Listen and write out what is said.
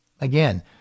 Again